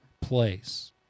place